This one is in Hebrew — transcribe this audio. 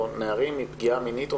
ראשית,